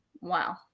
Wow